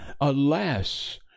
alas